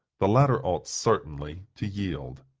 the latter ought certainly to yield.